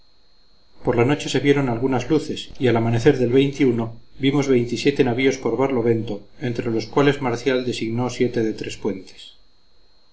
por la noche se vieron algunas luces y al amanecer del vimos veintisiete navíos por barlovento entre los cuales marcial designó siete de tres puentes